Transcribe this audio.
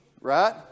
right